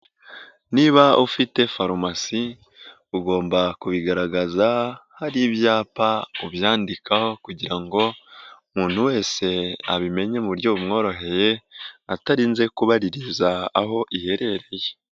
Niba ufite farumasi, ugomba kubigaragaza hari ibyapa ubyandikaho kugira ngo umuntu wese abimenye mu buryo bumworoheye, atarinze kubaririza aho iherereye.